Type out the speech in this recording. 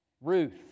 Ruth